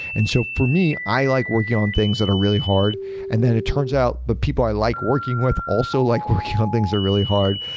and so for me, i like working on things that are really hard and then it turns out the people i like working with also like working on things that are really hard.